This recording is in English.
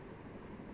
mm